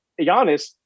Giannis